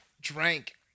drank